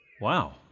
Wow